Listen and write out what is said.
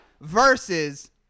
versus